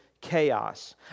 chaos